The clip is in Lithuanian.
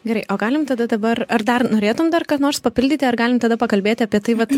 gerai o galim tada dabar ar dar norėtum dar ką nors papildyti ar galim tada pakalbėti apie tai vat